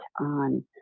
on